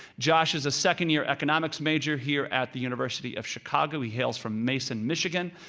josh is a second-year economics major here at the university of chicago. he hails from mason, michigan.